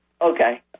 Okay